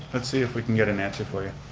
let's see if we can get an answer for you.